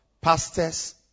pastors